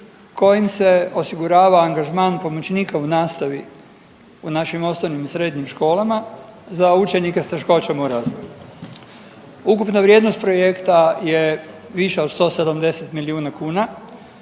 kojim se osigurava angažman pomoćnika u nastavi u našim osnovnim i srednjim školama za učenike s teškoćama u razvoju. Ukupna vrijednost projekta je viša od 170 milijuna kuna